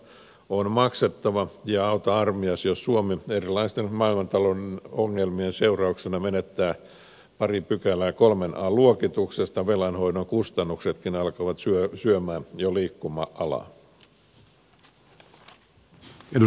nämäkin velat on maksettava ja auta armias jos suomi erilaisten maailmantalouden ongelmien seurauksena menettää pari pykälää kolmen an luokituksesta niin velanhoidon kustannuksetkin alkavat syödä jo liikkuma alaa